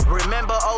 remember